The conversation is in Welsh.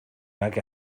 nag